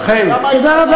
אכן.